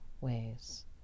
ways